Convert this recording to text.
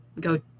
go